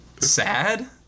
sad